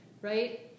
right